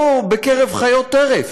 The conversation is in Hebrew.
הוא צמח לא בקרב חיות טרף,